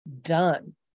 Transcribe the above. done